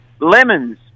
Lemons